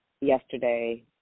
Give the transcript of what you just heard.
yesterday